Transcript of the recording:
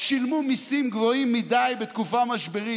שילמו מיסים גבוהים מדי בתקופת משבר.